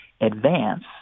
advance